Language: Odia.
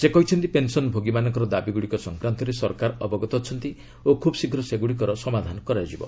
ସେ କହିଛନ୍ତି ପେନ୍ସନ୍ଭୋଗୀମାନଙ୍କର ଦାବିଗୁଡ଼ିକ ସଂକ୍ରାନ୍ତରେ ସରକାର ଅବଗତ ଅଛନ୍ତି ଓ ଖୁବ୍ ଶୀଘ୍ର ସେଗୁଡ଼ିକର ସମାଧାନ କରାଯିବ